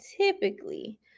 typically